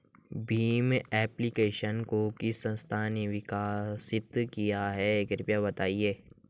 Bhim application को किस संस्था ने विकसित किया है कृपया बताइए?